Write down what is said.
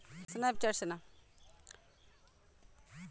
मृदा संरक्षण मट्टी के बहाव के रोक के करल जाला